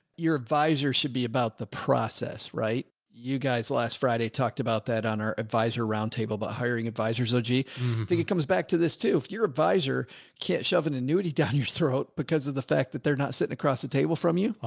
your advisor should be about the process, right? you guys last friday talked about that on our advisor round table, but hiring advisors. oh, gee, i think it comes back to this too. if your advisor can't shove an annuity down your throat because of the fact that they're not sitting across the table from you,